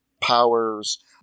powers